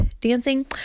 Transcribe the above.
dancing